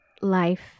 life